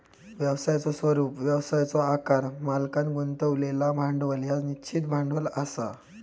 व्यवसायाचो स्वरूप, व्यवसायाचो आकार, मालकांन गुंतवलेला भांडवल ह्या निश्चित भांडवल असा